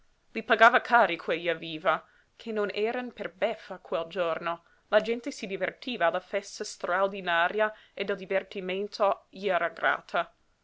i pagava cari quegli evviva che non eran per beffa quel giorno la gente si divertiva alla festa straordinaria e del divertimento gli era grata